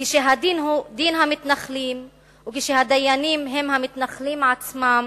כשהדין הוא דין המתנחלים וכשהדיינים הם המתנחלים עצמם,